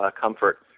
comfort